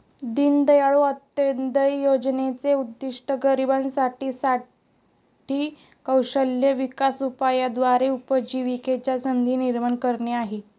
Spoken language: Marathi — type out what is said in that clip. दीनदयाळ अंत्योदय योजनेचे उद्दिष्ट गरिबांसाठी साठी कौशल्य विकास उपायाद्वारे उपजीविकेच्या संधी निर्माण करणे आहे